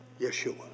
Yeshua